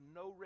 no